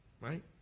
right